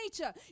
nature